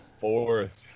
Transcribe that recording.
fourth